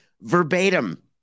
verbatim